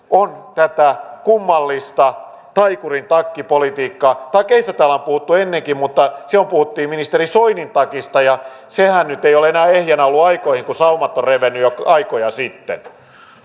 on tätä kummallista taikurin takki politiikkaa takeista täällä on puhuttu ennenkin mutta silloin puhuttiin ministeri soinin takista ja sehän nyt ei ole enää ehjänä ollut aikoihin kun saumat ovat revenneet jo aikoja sitten